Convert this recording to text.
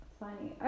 funny